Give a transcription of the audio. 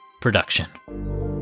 production